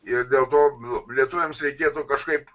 ir dėl to lietuviams reikėtų kažkaip